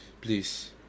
please